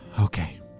okay